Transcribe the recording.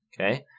Okay